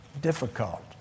difficult